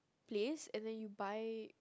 place and then you buy